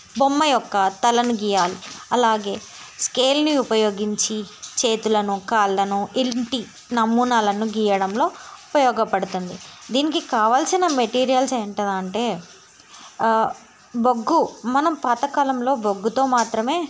బొమ్మ యొక్క తలను గీయాలి అలాగే స్కేల్ని ఉపయోగించి చేతులను కాళ్ళను ఇంటి నమూనాలను గీయడంలో ఉపయోగపడుతుంది దీనికి కావాల్సిన మెటీరియల్స్ ఏంటంటే బొగ్గు మనం పాతకాలంలో బొగ్గుతో మాత్రమే